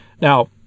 Now